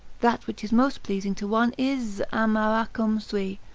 that which is most pleasing to one is amaracum sui,